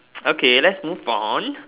okay let's move on